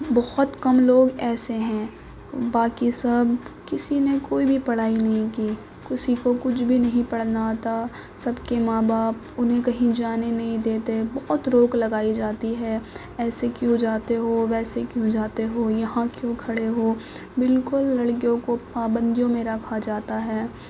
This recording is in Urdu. بہت کم لوگ ایسے ہیں باقی سب کسی نے کوئی بھی پڑھائی نہیں کی کسی کو کچھ بھی نہیں پڑھنا آتا سب کے ماں باپ انہیں کہیں جانے نہیں دیتے بہت روک لگائی جاتی ہے ایسے کیوں جاتے ہو ویسے کیوں جاتے ہو یہاں کیوں کھڑے ہو بالکل لڑکیوں کو پابندیوں میں رکھا جاتا ہے